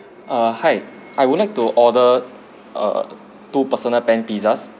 err hi I would like to order err two personal pan pizzas